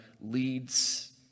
leads